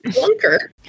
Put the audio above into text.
bunker